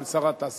של שר התעשייה,